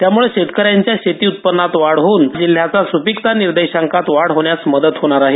त्यामुळे शेतकऱ्यांच्या शेती उत्पन्नात वाढ होऊन जिल्ह्याच्या सुपीकता निर्देशांकात वाढ होण्यास मदत होणार आहे